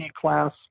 class